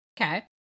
okay